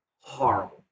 horrible